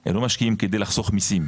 הם לא משקיעים כדי לחסוך מיסים,